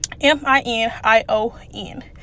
M-I-N-I-O-N